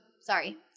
sorry